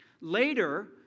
Later